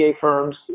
firms